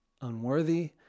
unworthy